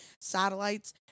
satellites